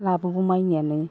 लाबोगौमानियानो